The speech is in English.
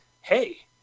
hey